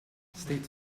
states